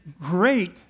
great